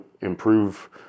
improve